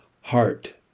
heart